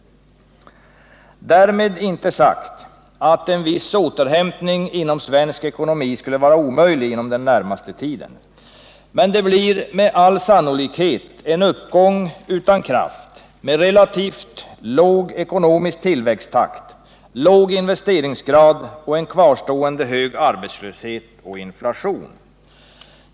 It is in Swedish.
Därmed inte sagt att en viss återhämtning inom svensk ekonomi inom den närmaste tiden skulle vara omöjlig. Med det blir med all sannolikhet en uppgång utan kraft, med relativt låg ekonomisk tillväxttakt, låg investeringsgrad och en kvarstående hög arbetslöshet och inflation.